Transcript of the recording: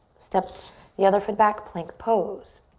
step the other foot back, plank pose.